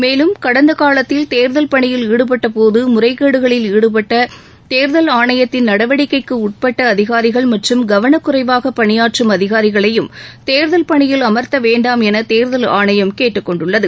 மேலும் கடந்த காலத்தில் தேர்தல் பணியில் ஈடுபட்ட போது முறைகேடுகளில் ஈடுபட்டு தேர்தல் ஆணையத்தின் நடவடிக்கைக்கு உட்பட்ட அதிகாரிகள் மற்றும் கவனக்குறைவாக பணியாற்றும் அதிகாரிகளையும் தேர்தல் பணியில் அமர்த்த வேண்டாம் என தேர்தல் ஆணையம் கேட்டுக்கொண்டுள்ளது